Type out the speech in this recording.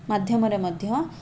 ମାଧ୍ୟମରେ ମଧ୍ୟ